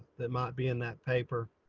that might be in that paper.